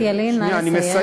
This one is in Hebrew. חבר הכנסת ילין, נא לסיים.